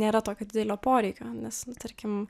nėra tokio didelio poreikio nes tarkim